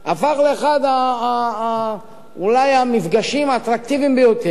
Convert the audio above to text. הפך אולי לאחד המפגשים האטרקטיביים ביותר,